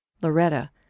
Loretta